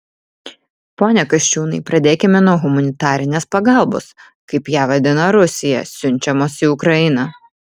pone kasčiūnai pradėkime nuo humanitarinės pagalbos kaip ją vadina rusija siunčiamos į ukrainą